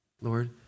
Lord